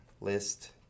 List